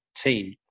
team